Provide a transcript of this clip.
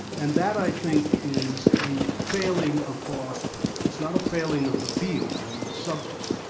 and that i think is a failing of philosophers, it's not a failing of the field or of the subject,